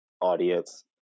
audience